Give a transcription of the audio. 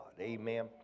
Amen